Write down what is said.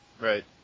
Right